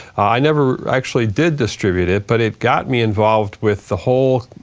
i never actually did distribute it, but it got me involved with the whole